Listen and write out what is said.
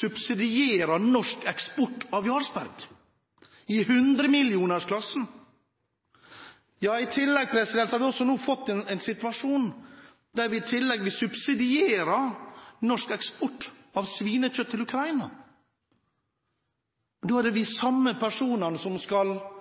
subsidierer norsk eksport av Jarlsberg-ost i hundremillionersklassen. Vi har nå også fått en situasjon der vi i tillegg subsidierer norsk eksport av svinekjøtt til Ukraina. Det er de samme personene som skal